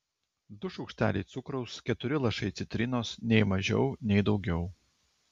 du šaukšteliai cukraus keturi lašai citrinos nei mažiau nei daugiau